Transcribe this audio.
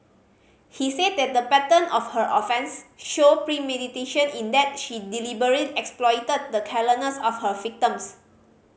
he said that the pattern of her offence showed premeditation in that she deliberate exploited the carelessness of her victims